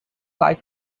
like